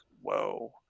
whoa